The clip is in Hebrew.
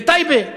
בטייבה?